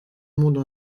monde